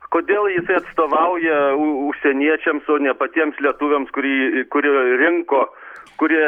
kodėl jisai atstovauja u užsieniečiams o ne patiems lietuviams kurie kuriuo rinko kurie